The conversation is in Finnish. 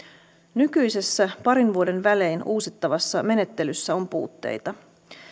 nykyisessä parin vuoden välein uusittavassa menettelyssä on puutteita